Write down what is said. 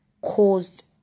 caused